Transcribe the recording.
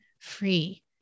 free